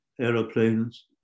aeroplanes